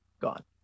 gone